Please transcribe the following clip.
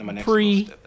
pre